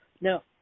Now